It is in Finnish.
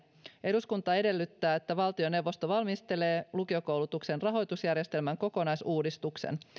eduskunta edellyttää että valtioneuvosto valmistelee lukiokoulutuksen rahoitusjärjestelmän kokonaisuudistuksen